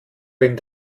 wenn